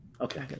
Okay